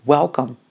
Welcome